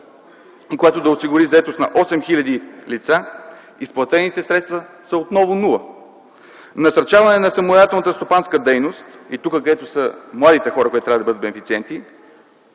което да осигури заетост на 8 хил. лица – изплатените средства са отново нула. „Насърчаване на самостоятелната стопанска дейност” – тук, където са младите хора, които трябва да бъдат бенефициенти,